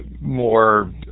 more